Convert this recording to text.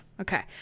Okay